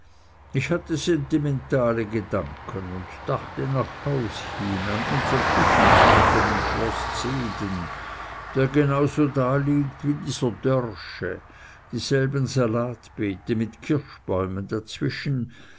ich hatte sentimentale gedanken und dachte nach haus hin an unsren küchengarten in schloß zehden der genauso daliegt wie dieser dörrsche dieselben salatbeete mit kirschbäumen dazwischen